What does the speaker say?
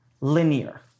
linear